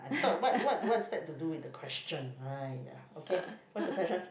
thought what what what is that to do with the question right ya okay what's the question